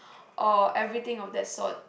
or everything of that sort